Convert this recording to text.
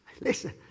listen